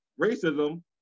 racism